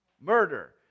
murder